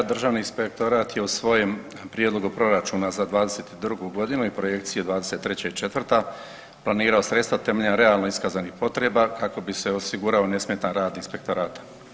Državni inspektorat je u svojem prijedlogu Proračuna za 2022.godinu i projekcije 2023. i 2024. planirao sredstva temeljem realno iskazanih potreba kako bi se osigurao nesmetan rad inspektorata.